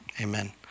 Amen